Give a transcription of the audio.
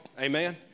Amen